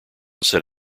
said